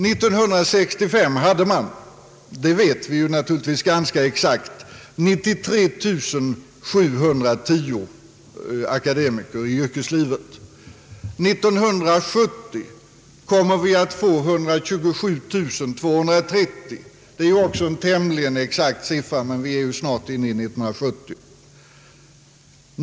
1965 fanns det 93 710 akademiker i yrkeslivet, det vet vi ganska exakt. 1970 kommer vi att ha 127 230 akademiker i yrkeslivet; den siffran är också tämligen exakt.